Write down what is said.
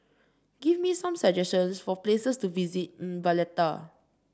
give me some suggestions for places to visit in Valletta